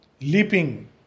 leaping